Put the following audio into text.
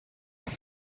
were